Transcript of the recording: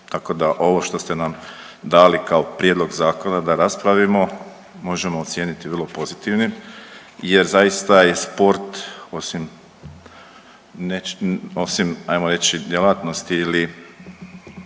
Tako da ovo što ste nam dali kao prijedlog zakona da raspravimo možemo ocijeniti vrlo pozitivnim jer zaista je sport osim ajmo reći djelatnosti ili